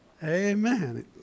amen